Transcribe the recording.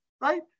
right